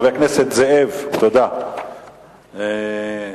ביום כ"א באייר התש"ע (5 במאי 2010):